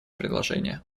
предложение